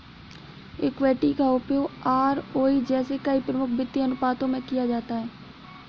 equity का उपयोग ROE जैसे कई प्रमुख वित्तीय अनुपातों में किया जाता है